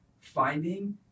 finding